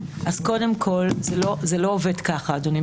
קודם כל, זה לא עובד כך, אדוני.